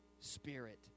spirit